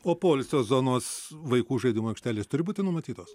o poilsio zonos vaikų žaidimų aikštelės turi būti numatytos